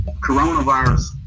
coronavirus